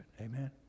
Amen